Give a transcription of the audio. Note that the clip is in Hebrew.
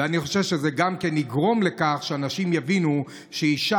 ואני חושב שזה גם כן יגרום לכך שאנשים יבינו שאישה,